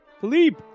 Philippe